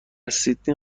سیدنی